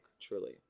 truly